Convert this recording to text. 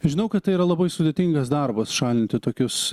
žinau kad tai yra labai sudėtingas darbas šalinti tokius